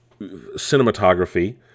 cinematography